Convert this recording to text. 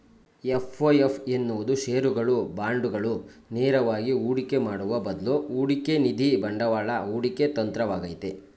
FOF ಎನ್ನುವುದು ಶೇರುಗಳು, ಬಾಂಡುಗಳು ನೇರವಾಗಿ ಹೂಡಿಕೆ ಮಾಡುವ ಬದ್ಲು ಹೂಡಿಕೆನಿಧಿ ಬಂಡವಾಳ ಹೂಡಿಕೆ ತಂತ್ರವಾಗೈತೆ